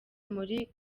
muri